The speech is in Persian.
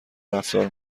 رفتار